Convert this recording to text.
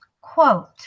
quote